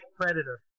Predator